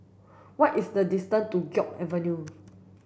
what is the distance to Guok Avenue